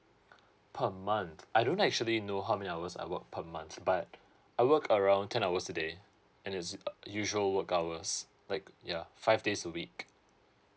per month I don't actually know how many hours I work per month but I work around ten hours a day and it's usual work hours like ya five days a week